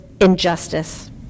injustice